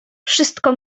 wszystko